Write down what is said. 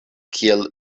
kiel